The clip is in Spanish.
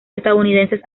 estadounidenses